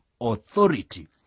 authority